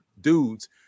dudes